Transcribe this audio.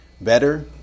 better